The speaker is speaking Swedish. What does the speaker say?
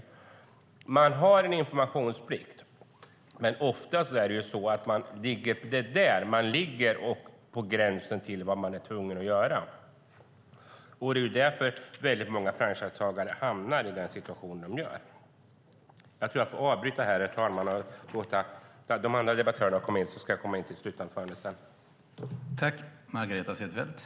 Man har en informationsplikt, men oftast ligger man på gränsen till vad man är tvungen att göra. Det är därför väldigt många franchisetagare hamnar i den situation som de hamnar i. Jag tror, herr talman, att jag får avbryta här och låta andra debattörer komma in, så återkommer jag i ett slutanförande sedan.